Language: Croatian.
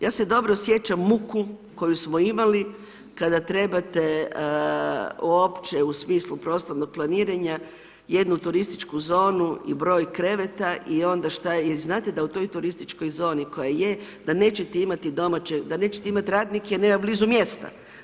Ja se dobro sjećam muku koju smo imali kada trebate uopće u smislu prostornog planiranja jednu turističku zonu i broj kreveta i onda šta je, i znate da u turističkoj zoni koja je, da nećete imati radnike jer nema blizu mjesta.